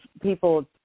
people